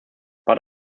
but